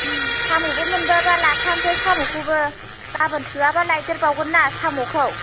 ओं साम'बो मोनबोबा लाबोफानोसै साम'खौबो गाबोन थोआबा लायदेर बावगोन ना साम'खौ